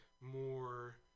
more